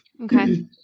Okay